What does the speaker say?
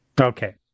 Okay